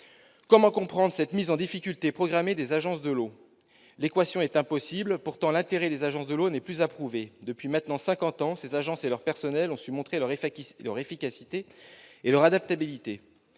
comment comprendre cette mise en difficulté programmée des agences de l'eau ? L'équation est impossible. Pourtant, l'intérêt des agences de l'eau n'est plus à prouver. Depuis maintenant cinquante ans, ces agences et leurs personnels ont su montrer leur efficacité et leur adaptabilité.